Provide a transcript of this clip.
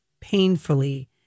painfully